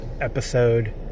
episode